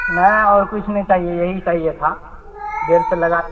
نہیں اور کچھ نہیں چاہیے یہی چاہیے تھا ڈیڑھ سو لگا